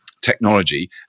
technology